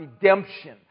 redemption